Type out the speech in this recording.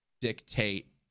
dictate